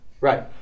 Right